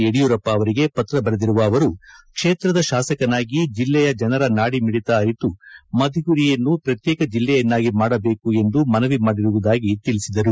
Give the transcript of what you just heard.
ಯಡಿಯೂರಪ್ಪ ಅವರಿಗೆ ಪತ್ರ ಬರೆದಿರುವ ಅವರು ಕ್ಷೇತ್ರದ ಶಾಸಕನಾಗಿ ಜಿಲ್ಲೆಯ ಜನರ ನಾಡಿಮಿಡಿತ ಅರಿತು ಮಧುಗಿರಿಯನ್ನು ಪ್ರತ್ಯೇಕ ಜಿಲ್ಲೆಯನ್ನಾಗಿ ಮಾಡಬೇಕು ಎಂದು ಮನವಿ ಮಾಡಿರುವುದಾಗಿ ಅವರು ಹೇಳಿದ್ದಾರೆ